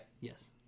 Yes